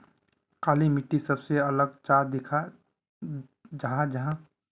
काली मिट्टी सबसे अलग चाँ दिखा जाहा जाहा?